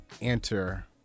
enter